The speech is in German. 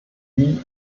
wie